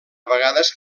vegades